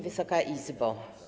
Wysoka Izbo!